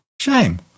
shame